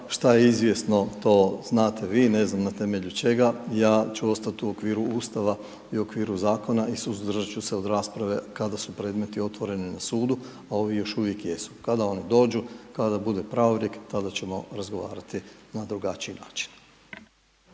što je izvjesno, to znate vi, ne znam na temelju čega, ja ću ostati u okviru Ustava i okviru zakona i suzdržat ću se od rasprave kada su predmeti otvoreni na sudu, a ovi još uvijek jesu. Kada oni dođu, kada bude pravorijek, tada ćemo razgovarati na drugačiji način.